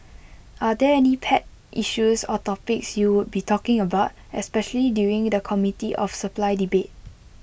are there any pet issues or topics you would be talking about especially during the committee of supply debate